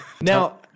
now